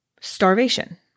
starvation